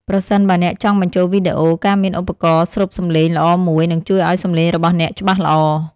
ប្រសិនបើអ្នកចង់បញ្ចូលវីដេអូ ការមានឧបករណ៍ស្រូបសម្លេងល្អមួយ នឹងជួយឱ្យសម្លេងរបស់អ្នកច្បាស់ល្អ។